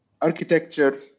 architecture